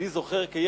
אני זוכר כילד,